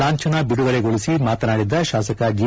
ಲಾಂಛನ ಬಿಡುಗಡೆಗೊಳಿಸಿ ಮಾತನಾಡಿದ ಶಾಸಕ ಜಿ